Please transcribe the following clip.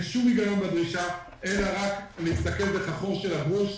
שום היגיון בדרישה אלא רק אם מסתכלים דרך החור של הגרוש.